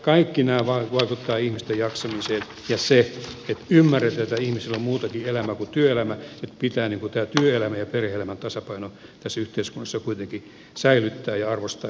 kaikki nämä vaikuttavat ihmisten jaksamiseen ja se että ymmärretään että ihmisillä on muutakin elämää kuin työelämä että pitää työelämän ja perhe elämän tasapaino tässä yhteiskunnassa kuitenkin säilyttää ja arvostaa sitäkin puolta